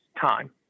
time